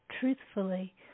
truthfully